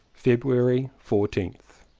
february fourteenth.